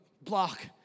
block